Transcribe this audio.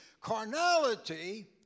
carnality